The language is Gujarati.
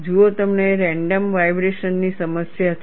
જુઓ તમને રેન્ડમ વાઇબ્રેશનની સમસ્યા છે